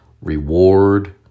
reward